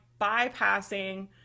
bypassing